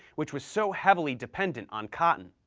which was so heavily dependent on cotton.